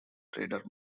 trader